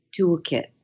toolkit